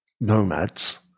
nomads